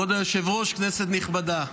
כבוד היושב-ראש, כנסת נכבדה,